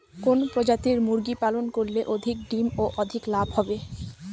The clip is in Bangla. কোন প্রজাতির মুরগি পালন করলে অধিক ডিম ও অধিক লাভ হবে?